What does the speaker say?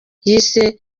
yise